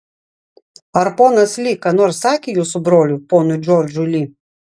ar ponas li ką nors sakė jūsų broliui ponui džordžui li